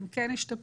הן כן השתפרו,